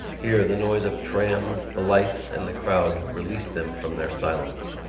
here the noise of trams, the lights and the crowd released them from their silence.